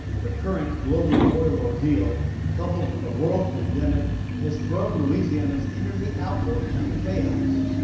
the current global oil ordeal coupled with a world pandemic has thrown louisiana's energy outlook into chaos.